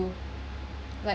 to like